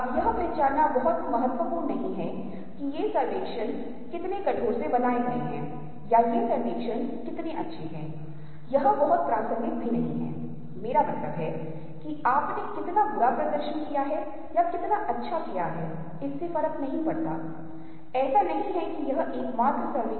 अब दिलचस्प रूप से अनुभूति दार्शनिक मनोवैज्ञानिक विलियम जेम्स के बारे में बहुत ही महत्वपूर्ण विचारकों में से एक हमें बताता है कि हम जो अनुभव करते हैं उसका कुछ हिस्सा बाहर से आता है लेकिन इसका प्रमुख हिस्सा दिमाग के भीतर से आता है